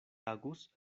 agus